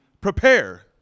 prepare